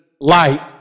light